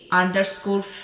underscore